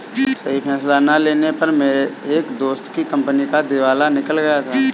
सही फैसला ना लेने पर मेरे एक दोस्त की कंपनी का दिवाला निकल गया था